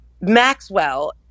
Maxwell